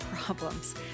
problems